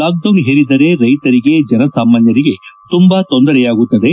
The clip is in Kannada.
ಲಾಕ್ಡೌನ್ ಹೇರಿದರೆ ರೈತರಿಗೆ ಜನಸಾಮಾನ್ಯರಿಗೆ ತುಂಬಾ ತೊಂದರೆಯಾಗುತ್ತದೆ